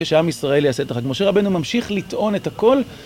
שעם ישראל יעשה את החג, משה רבנו ממשיך לטעון את הכל